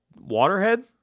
waterhead